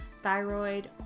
thyroid